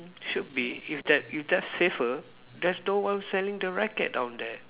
should be if that if that's safer there's no one selling the racket down there